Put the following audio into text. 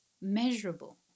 measurable